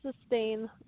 sustain